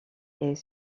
est